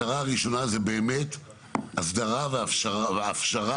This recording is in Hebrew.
המטרה הראשונה היא באמת הסדרה ואפשרה